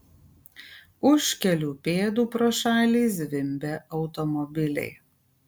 už kelių pėdų pro šalį zvimbė automobiliai